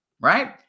right